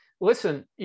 listen